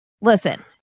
Listen